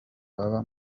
baba